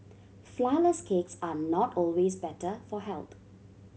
flourless cakes are not always better for health